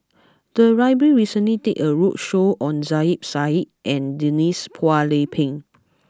the library recently did a roadshow on Zubir Said and Denise Phua Lay Peng